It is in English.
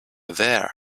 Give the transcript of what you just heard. there